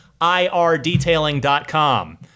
irdetailing.com